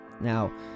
Now